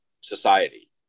society